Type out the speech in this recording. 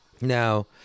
Now